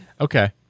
Okay